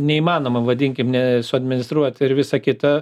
neįmanoma vadinkim ne suadministruoti ir visa kita